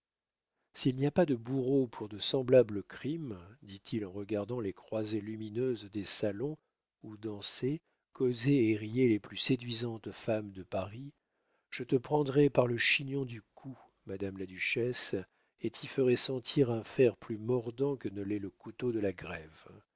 s'il n'y a pas de bourreaux pour de semblables crimes dit-il en regardant les croisées lumineuses des salons où dansaient causaient et riaient les plus séduisantes femmes de paris je te prendrai par le chignon du cou madame la duchesse et t'y ferai sentir un fer plus mordant que ne l'est le couteau de la grève